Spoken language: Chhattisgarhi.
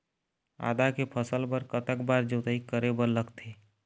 आदा के फसल बर कतक बार जोताई करे बर लगथे?